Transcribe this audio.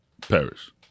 Paris